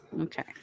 okay